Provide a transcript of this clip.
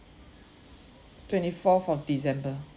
twenty fourth of december